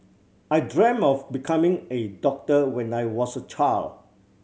I dreamt of becoming a doctor when I was a child